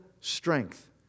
strength